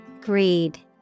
Greed